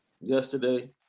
yesterday